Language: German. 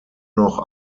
noch